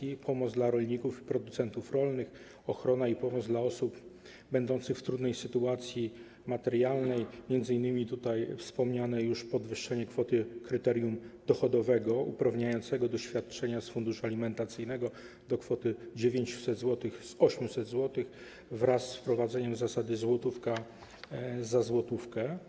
Jest to pomoc dla rolników i producentów rolnych, ochrona i pomoc dla osób będących w trudnej sytuacji materialnej, m.in. wspomniane już podwyższenie kwoty kryterium dochodowego uprawniającego do świadczenia z funduszu alimentacyjnego do 900 zł z 800 zł, wraz z wprowadzeniem zasady złotówka za złotówkę.